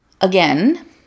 Again